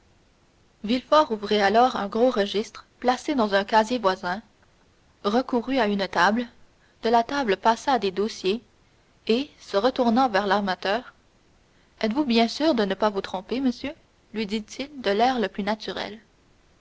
ouvrit alors un gros registre placé dans un casier voisin recourut à une table de la table passa à des dossiers et se retournant vers l'armateur êtes-vous bien sûr de ne pas vous tromper monsieur lui dit-il de l'air le plus naturel